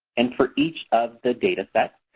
and for each of the data sets,